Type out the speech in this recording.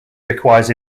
requires